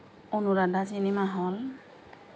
Anuradha cinema হল